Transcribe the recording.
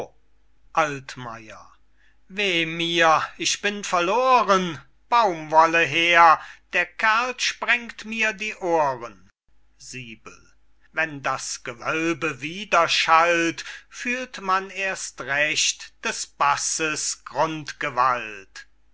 weh mir ich bin verloren baumwolle her der kerl sprengt mir die ohren wenn das gewölbe wiederschallt fühlt man erst recht des basses